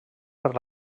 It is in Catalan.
per